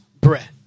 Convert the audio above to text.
breath